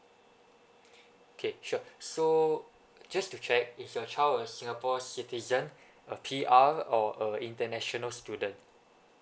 okay sure so just to check is your child a singapore citizen a P_R or a international student